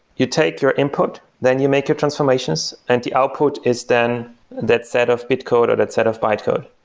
you take your input, then you make your transformations, and the output is then that set of bit code or that set of bytecode.